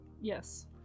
Yes